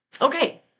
Okay